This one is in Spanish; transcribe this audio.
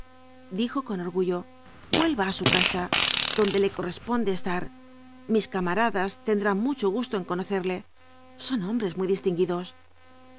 dijo con orgullo vuelva á su casa donde le corresponde estar mis camaradas tendrán mucho gusto en conocerle son hombres muy distinguidos